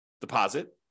deposit